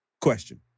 Question